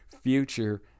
future